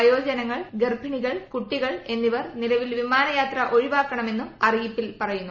വയോജനങ്ങൾ ഗർഭിണികൾ കൂട്ടികൾ നിലവിൽ വിമാനയാത്ര ഒഴിവാക്കണമെന്നും അറിയിപ്പിൽ ്പറയുന്നു